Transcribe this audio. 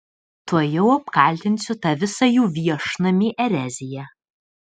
tuojau apkaltinsiu tą visą jų viešnamį erezija